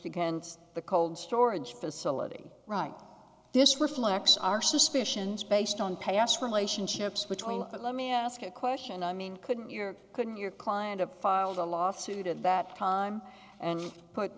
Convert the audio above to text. against the cold storage facility right this reflects our suspicions based on past relationships between let me ask a question i mean couldn't your couldn't your client of filed a lawsuit at that time and put